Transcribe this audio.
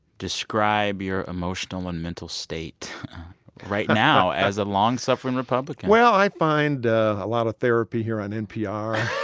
describe your emotional and mental state right now as a long-suffering republican well, i find ah a lot of therapy here on npr,